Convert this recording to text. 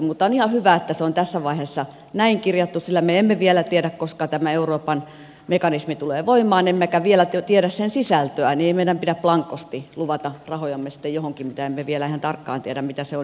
mutta on ihan hyvä että se on tässä vaiheessa näin kirjattu sillä me emme vielä tiedä koska tämä euroopan mekanismi tulee voimaan emmekä vielä tiedä sen sisältöä eikä meidän pidä blankosti luvata rahojamme sitten johonkin mistä emme vielä ihan tarkkaan tiedä mitä se on